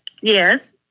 Yes